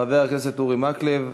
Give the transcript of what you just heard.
חבר הכנסת אורי מקלב,